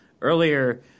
earlier